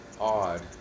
odd